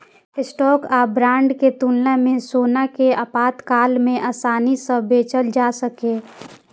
stock आ bond के तुलना मे सोना कें आपातकाल मे आसानी सं बेचल जा सकैए